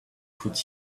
could